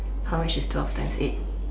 how much is twelve times eight